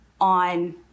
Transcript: on